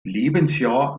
lebensjahr